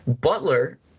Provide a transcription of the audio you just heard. Butler